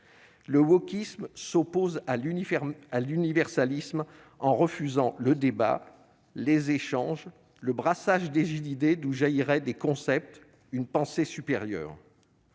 Le wokisme s'oppose à l'uniforme à l'universalisme en refusant le débat, les échanges, le brassage des idées d'où jaillit des concepts une pensée supérieure.